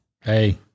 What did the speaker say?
Hey